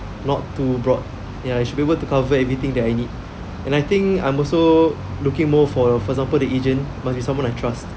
not too broad ya it should be able to cover everything that I need and I think I'm also looking more for for example the agent must be someone I trust